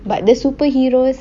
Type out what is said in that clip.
but the superheroes